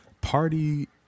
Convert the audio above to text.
party